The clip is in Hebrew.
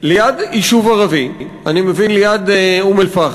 ליד יישוב ערבי, אני מבין ליד אום-אלפחם,